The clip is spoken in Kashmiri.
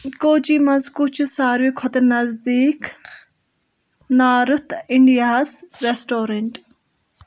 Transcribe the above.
کوٚچی منٛز کُس چھُ سارِوٕے کھۄتہٕ نٔزدیٖک نارٕتھ اِنٛڈیاہَس رٮ۪سٹورَنٛٹ